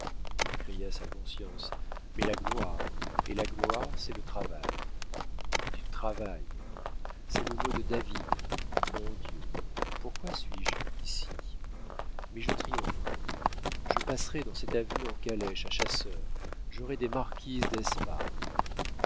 lui cria sa conscience mais la gloire et la gloire c'est le travail du travail c'est le mot de david mon dieu pourquoi suis-je ici mais je triompherai je passerai dans cette avenue en calèche à chasseur j'aurai des marquises